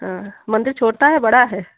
हाँ मंदिर छोटा है बड़ा है